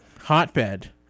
hotbed